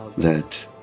that